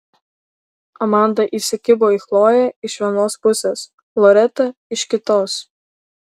amanda įsikibo į chloję iš vienos pusės loreta iš kitos